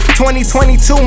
2022